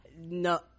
no